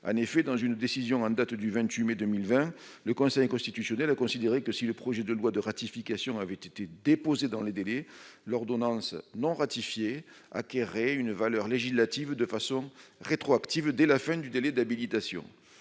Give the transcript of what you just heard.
en effet, dans une décision en date du 28 mai 2020, le Conseil constitutionnel a considéré que si le projet de loi de ratification avait été déposé dans les délais l'ordonnance non ratifiée acquéraient une valeur législative, de façon rétroactive dès la fin du délai d'habilitation,